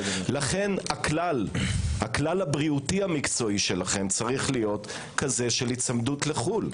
לכן הכלל הבריאותי המקצועי שלכם צריך להיות של היצמדות לחו"ל.